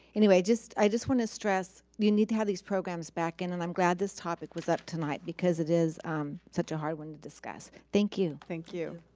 anyway, just i just wanna stress you need to have these programs back in and i'm glad this topic was up tonight because it is such a hard one to discuss. thank you. thank you.